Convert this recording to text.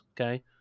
Okay